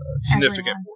significant